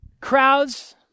crowds